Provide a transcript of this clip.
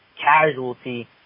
casualty